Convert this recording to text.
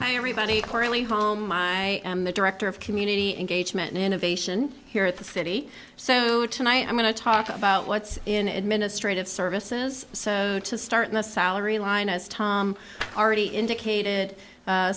hi everybody currently home my the director of community engagement innovation here at the city so tonight i'm going to talk about what's in administrative services so to start the salary line as tom already indicated